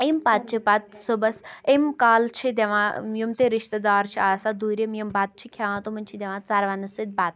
اَمہِ پَتہٕ چھِ پَتہٕ صُبحَس اَمہِ کالہٕ چھِ دِوان یِم تہِ رشتہٕ دار چھِ آسان دوٗرِم یِم بَتہٕ چھِ کھٮ۪وان تِمَن چھِ دِوان ژَروَنَس سۭتۍ بَتہٕ